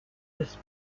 this